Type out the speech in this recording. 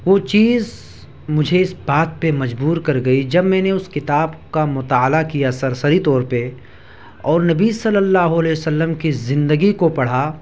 وہ چیز مجھے اس بات پہ مجبور کر گئی جب میں نے اس کتاب کا مطالعہ کیا سرسری طور پہ اور نبی صلی اللہ علیہ و سلم کی زندگی کو پڑھا